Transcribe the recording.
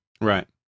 Right